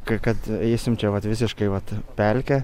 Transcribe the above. kad kad eisim čia vat visiškai vat pelkę